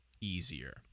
easier